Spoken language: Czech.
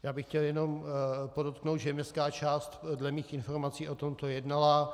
Já bych chtěl jenom podotknout, že městská část dle mých informací o tomto jednala.